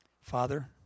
Father